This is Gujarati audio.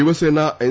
શિવસેના એન